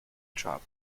drop